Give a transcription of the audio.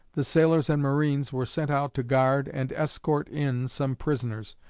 the sailors and marines were sent out to guard and escort in some prisoners,